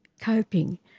coping